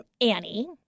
Annie